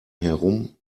herum